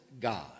God